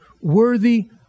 worthy